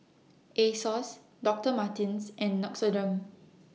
Asos Doctor Martens and Nixoderm